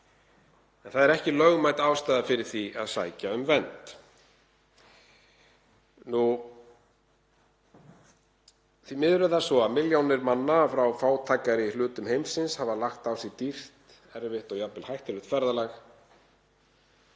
en það er ekki lögmæt ástæða fyrir því að sækja um vernd. Því miður er það svo að milljónir manna frá fátækari hlutum heimsins hafa lagt á sig dýrt, erfitt og jafnvel hættulegt ferðalag